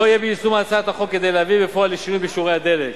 לא יהא ביישום הצעת החוק כדי להביא בפועל לשינוי בשיעורי הדלק,